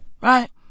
Right